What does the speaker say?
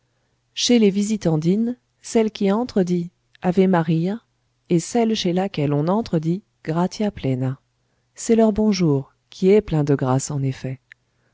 chez les visitandines celle qui entre dit ave maria et celle chez laquelle on entre dit gratiâ plena c'est leur bonjour qui est plein de grâce en effet